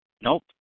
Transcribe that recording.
Nope